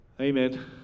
Amen